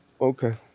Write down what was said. Okay